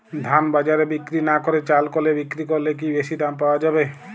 ধান বাজারে বিক্রি না করে চাল কলে বিক্রি করলে কি বেশী দাম পাওয়া যাবে?